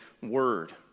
word